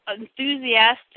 enthusiastic